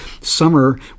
summer